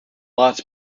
lots